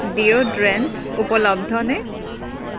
deodorant উপলব্ধনে